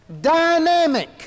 dynamic